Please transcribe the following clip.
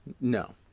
no